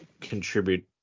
contribute